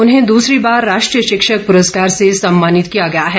उन्हें दूसरी बार राष्ट्रीय शिक्षक पुरस्कार से सम्मानित किया गया है